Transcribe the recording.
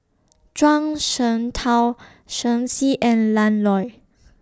Zhuang Shengtao Shen Xi and Lan Loy